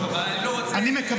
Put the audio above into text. אבל אני לא רוצה --- טוב.